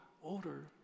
order